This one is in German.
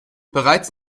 bereits